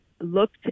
looked